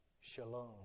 Shalom